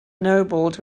ennobled